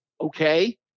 Okay